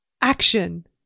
Action